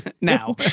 Now